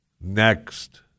Next